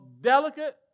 delicate